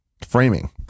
framing